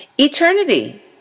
Eternity